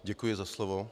Děkuji za slovo.